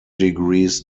degrees